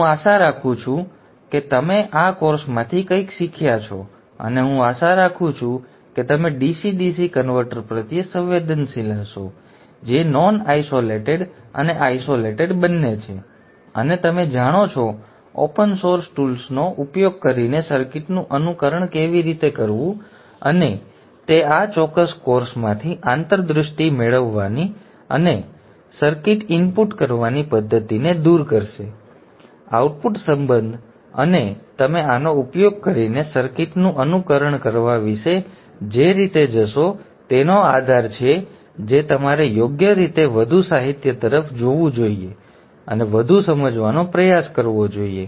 હું આશા રાખું છું કે તમે આ કોર્સમાંથી કંઈક શીખ્યા છો અને હું આશા રાખું છું કે તમે DC DC કન્વર્ટર પ્રત્યે સંવેદનશીલ હશો જે નોન આઇસોલેટેડ અને આઇસોલેટેડ બંને છે અને તમે જાણો છો ઓપન સોર્સ ટૂલ્સનો ઉપયોગ કરીને સર્કિટનું અનુકરણ કેવી રીતે કરવું અને તે આ ચોક્કસ કોર્સમાંથી આંતરદૃષ્ટિ મેળવવાની અને સર્કિટ ઇનપુટ કરવાની પદ્ધતિને દૂર કરશે આઉટપુટ સંબંધ અને તમે આનો ઉપયોગ કરીને સર્કિટનું અનુકરણ કરવા વિશે જે રીતે જશો તેનો આધાર છે જે તમારે યોગ્ય રીતે વધુ સાહિત્ય તરફ જોવું જોઈએ અને વધુ સમજવાનો પ્રયાસ કરવો જોઈએ